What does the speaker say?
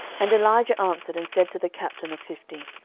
and elijah answered and said to the captain of fifty,